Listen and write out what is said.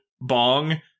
bong